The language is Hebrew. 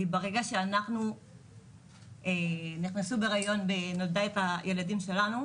כי ברגע שאנחנו נכנסות להריון ונולדים הילדים שלנו,